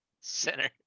Center